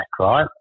right